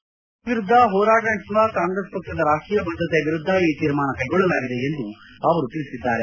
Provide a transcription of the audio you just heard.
BJP ವಿರುದ್ದ ಹೋರಾಟ ನಡೆಸುವ ಕಾಂಗ್ರೆಸ್ ಪಕ್ಷದ ರಾಷ್ಟೀಯ ಬದ್ಧತೆ ವಿರುದ್ದ ಈ ತೀರ್ಮಾನ ಕೈಗೊಳ್ಳಲಾಗಿದೆ ಎಂದು ಅವರು ತಿಳಿಸಿದ್ದಾರೆ